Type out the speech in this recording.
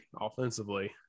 offensively